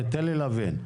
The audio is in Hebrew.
תן לי להבין.